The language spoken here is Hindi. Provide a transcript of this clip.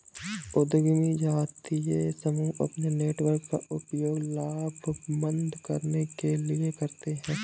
उद्यमी जातीय समूह अपने नेटवर्क का उपयोग लामबंद करने के लिए करते हैं